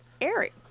Eric